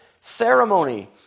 ceremony